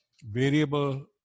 variable